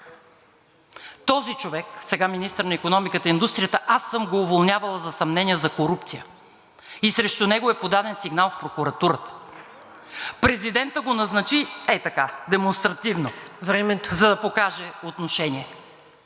този човек – сега министър на икономиката и индустрията, аз съм го уволнявала за съмнения за корупция и срещу него е подаден сигнал в прокуратурата. Президентът го назначи ей така, демонстративно. ПРЕДСЕДАТЕЛ НАДЕЖДА